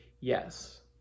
yes